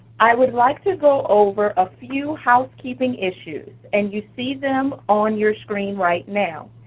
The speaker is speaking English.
i would like to go over a few housekeeping issues, and you see them on your screen right now.